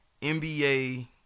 NBA